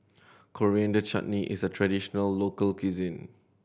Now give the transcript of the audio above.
Coriander Chutney is a traditional local cuisine